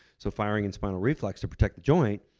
so firing in spinal reflex to protect the joint,